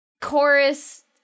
chorus